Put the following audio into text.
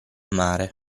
mare